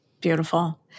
Beautiful